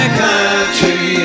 country